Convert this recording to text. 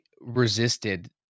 resisted